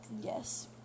Yes